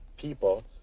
people